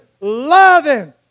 loving